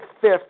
fifth